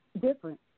different